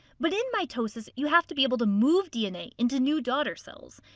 but in mitosis, you have to be able to move dna into new daughter cells.